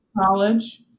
college